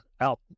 out